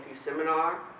Seminar